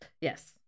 Yes